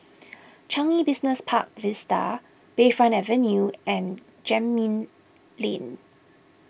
Changi Business Park Vista Bayfront Avenue and Gemmill Lane